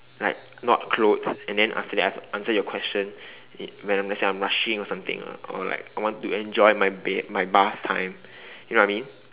like not clothes and then after that I have to answer your question in when when I'm rushing or something or like I want to enjoy my ba~ my bath time you know what I mean